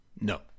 No